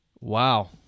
Wow